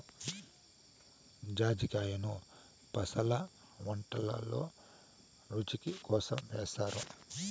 జాజికాయను మసాలా వంటకాలల్లో రుచి కోసం ఏస్తారు